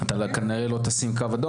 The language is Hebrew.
אתה כנראה לא תשים את הגבול הזה,